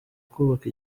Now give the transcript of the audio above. kubaka